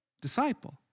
Disciple